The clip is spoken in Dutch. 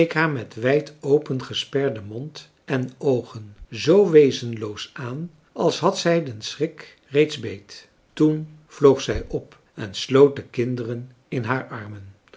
met wijdopengesperden mond en oogen zoo wezenloos aan als had zij den schrik reeds beet toen vloog zij op en sloot de kinderen in haar armen